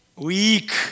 Weak